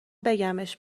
بگمش